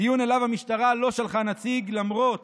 דיון שאליו המשטרה לא שלחה נציג, למרות